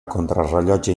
contrarellotge